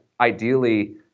ideally